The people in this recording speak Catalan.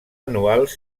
anuals